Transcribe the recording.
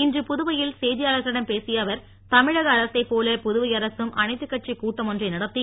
இன்று புதுவையில் செய்தியாளர்களிடம் பேசிய அவர் தமிழக அரசை போல புதுவை அரசும் அனைத்து கட்சி கூட்டம் ஒன்றை நடத்தி